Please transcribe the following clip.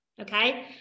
okay